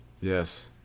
Yes